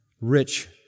rich